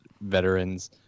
veterans